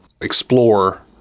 explore